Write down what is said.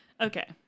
Okay